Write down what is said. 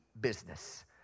business